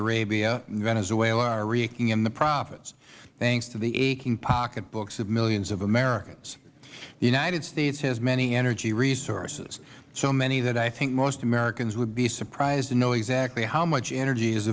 arabia and venezuela are raking in the profits thanks to the aching pocketbooks of millions of americans the united states has many energy resources so many that i think most americans would be surprised to know exactly how much energy is